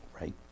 Right